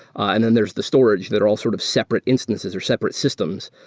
and then there's the storage that are all sort of separate instances or separate systems.